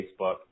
Facebook